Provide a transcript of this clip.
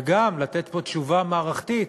וגם לתת פה תשובה מערכתית,